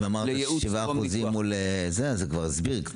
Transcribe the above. אם אמרת ש-7% מול --- זה כבר מסביר.